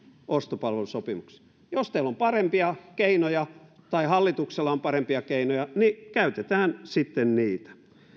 ostopalvelusopimuksella jos teillä on parempia keinoja tai hallituksella on parempia keinoja niin käytetään sitten niitä